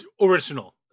Original